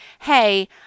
hey